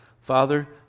Father